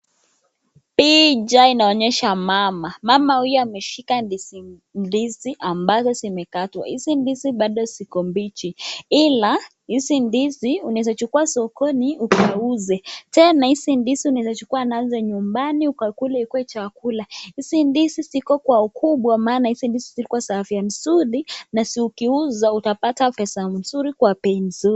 Picha inainyesha mama. Mama huyo ameshika ndizi ambazo zimekatwa. Hizi ndizi bado ziko mbichi ila hizi ndizi unaweza chukua sokoni ukauze, tena hizi ndizi unaweza chukua nazo nyumbani ukakule ikuwe chakula. Hizi ndizi ziko kwa ukubwa maana hizi ndizi zilikuwa za afya nzuri nazo ukiuza utapata pesa nzuri kwa bei nzuri.